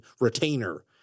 retainer